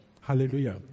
Hallelujah